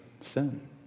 sin